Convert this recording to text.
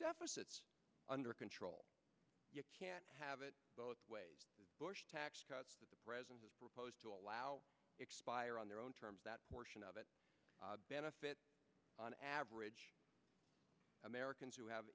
deficits under control you can't have it both ways bush tax cuts that the president has proposed to allow expire on their own terms that portion of it benefits on average americans who have